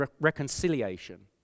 reconciliation